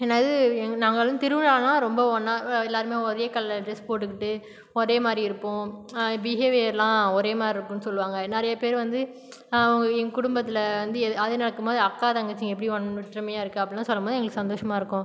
என்னாது நாங்கல்லாம் திருவிழானால் ரொம்ப ஒன்றா ஒ எல்லாருமே ஒரே கலரில் ட்ரெஸ் போட்டுக்கிட்டு ஒரேமாதிரி இருப்போம் பிகேவியர்லாம் ஒரேமாதிரி இருக்கும்ன்னு சொல்லுவாங்க நிறைய பேர் வந்து எங்கள் குடும்பத்தில் வந்து எ அது நடக்கும்போது அக்கா தங்கச்சிங்க எப்படி ஒன் ஒற்றுமையாக இருக்குது அப்படில்லாம் சொல்லும் போது எங்களுக்கு சந்தோஷமாக இருக்கும்